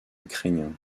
ukrainiens